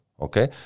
okay